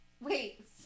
Wait